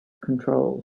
control